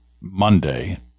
Monday